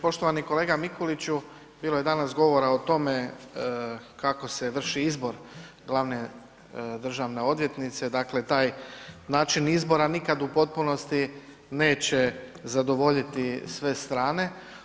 Poštovani kolega Mikuliću, bilo je danas govora o tome kako se vrši izbor glavne državne odvjetnice, dakle taj način izbora nikad u potpunosti neće zadovoljiti sve strane.